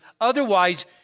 otherwise